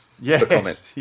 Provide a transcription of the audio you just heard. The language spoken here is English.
Yes